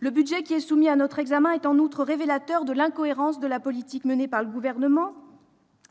le budget qui est soumis à notre examen est révélateur de l'incohérence de la politique menée par le Gouvernement,